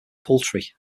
poultry